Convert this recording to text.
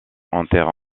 enterre